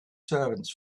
servants